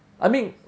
I mean